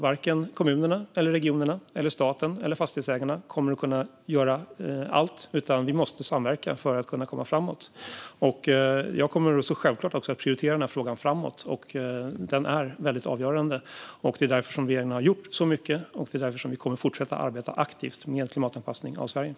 Varken kommunerna, regionerna, staten eller fastighetsägarna kommer att kunna göra allt. Vi måste samverka för att kunna komma framåt. Jag kommer självklart att prioritera den här frågan framåt. Den är väldigt avgörande. Det är därför som vi redan har gjort så mycket, och det är därför som vi kommer att fortsätta att arbeta aktivt med klimatanpassning av Sverige.